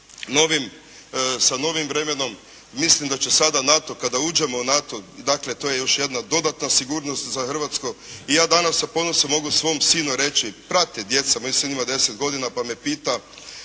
sa novim vremenom, mislim da će sada NATO kada uđemo u NATO, dakle to je još jedna dodatna sigurnost za Hrvatsku i ja danas sa ponosom mogu svom sinu reći, prate djeca, moj sin ima 10 godina pa me pita,